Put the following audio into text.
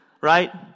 right